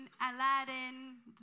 Aladdin